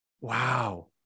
Wow